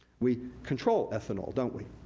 we control ethanol, don't we?